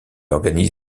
organise